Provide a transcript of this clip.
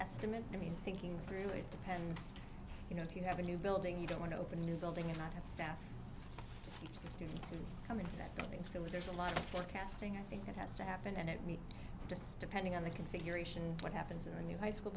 estimate i mean thinking through it depends you know if you have a new building you don't want to open a new building or not have staff the students who come in that building so much there's a lot of forecasting i think it has to happen and it meet just depending on the configuration what happens in the new high school